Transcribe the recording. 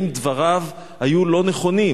האם דבריו היו לא נכונים?